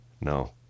No